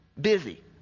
busy